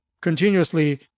continuously